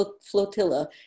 flotilla